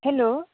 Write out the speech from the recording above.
hello